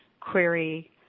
query